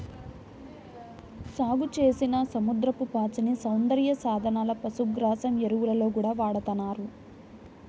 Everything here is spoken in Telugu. సాగుచేసిన సముద్రపు పాచిని సౌందర్య సాధనాలు, పశుగ్రాసం, ఎరువుల్లో గూడా వాడతన్నారు